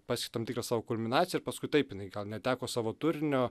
pasiekė tam tikrą savo kulminaciją ir paskui taip jinai gal neteko savo turinio